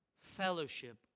fellowship